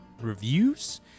reviews